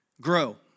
grow